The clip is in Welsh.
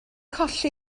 colli